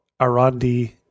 Arandi